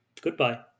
Goodbye